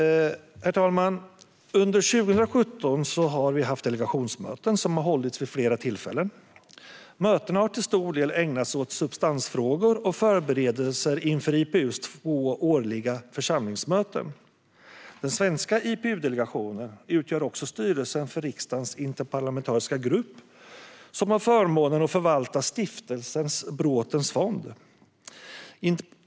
Herr talman! Under 2017 har delegationsmöten hållits vid flera tillfällen. Mötena har till stor del ägnats åt substansfrågor och förberedelser inför IPU:s två årliga församlingsmöten. Den svenska IPU-delegationen utgör också styrelsen för riksdagens interparlamentariska grupp som har förmånen att förvalta Stiftelsen Braathens fond.